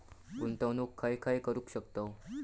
गुंतवणूक खय खय करू शकतव?